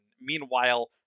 meanwhile